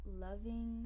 loving